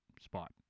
spot